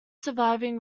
surviving